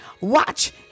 Watch